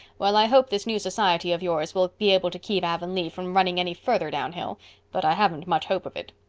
well, i hope this new society of yours will be able to keep avonlea from running any further down hill but i haven't much hope of it.